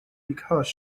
because